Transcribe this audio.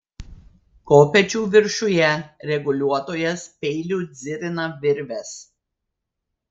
kopėčių viršuje reguliuotojas peiliu dzirina virves